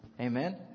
Amen